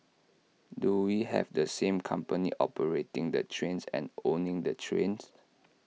do we have the same company operating the trains and owning the trains